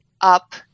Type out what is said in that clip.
up